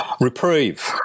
Reprieve